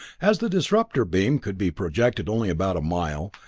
as the disrupter beam could be projected only about a mile,